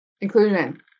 Inclusion